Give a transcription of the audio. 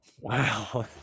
Wow